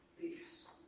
peace